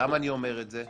למה אני אומר את זה?